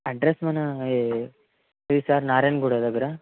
address మన ఈ ఇది సార్ నారాయణగూడ దగ్గర